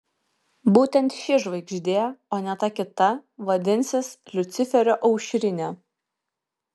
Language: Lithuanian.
būtent ši žvaigždė o ne ta kita vadinsis liuciferio aušrinė